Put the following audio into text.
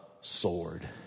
sword